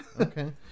Okay